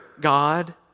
God